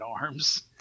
arms